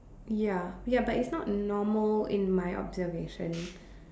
ya ya but it's not normal in my observation